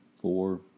four